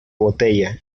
botella